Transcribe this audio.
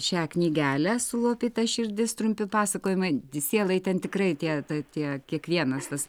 šią knygelę sulopyta širdis trumpi pasakojimai sielai ten tikrai tie tai tie kiekvienas tas